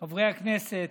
חברי הכנסת,